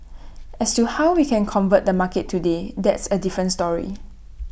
as to how we can convert the market today that's A different story